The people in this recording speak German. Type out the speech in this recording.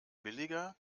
billiger